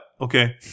okay